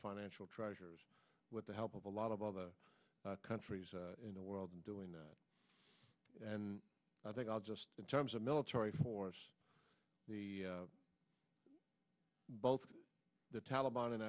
financial treasures with the help of a lot of other countries in the world doing and i think i'll just in terms of military force the both the taliban in